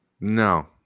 No